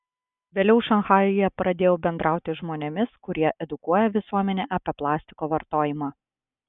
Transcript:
vėliau šanchajuje pradėjau bendrauti žmonėmis kurie edukuoja visuomenę apie plastiko vartojimą